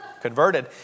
converted